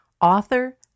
author